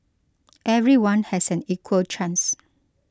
everyone has an equal chance